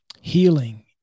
Healing